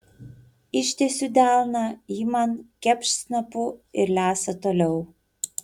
ištiesiu delną ji man kepšt snapu ir lesa toliau